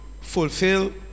fulfill